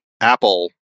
Apple